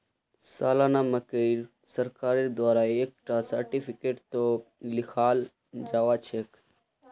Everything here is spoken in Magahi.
सालाना कमाईक सरकारेर द्वारा एक टा सार्टिफिकेटतों लिखाल जावा सखछे